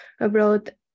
abroad